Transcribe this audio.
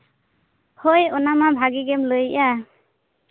ᱦᱳᱭ ᱚᱱᱟ ᱢᱟ ᱵᱷᱟᱹᱜᱤ ᱜᱮᱢ ᱞᱟᱹᱭᱮᱫᱼᱟ